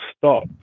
stop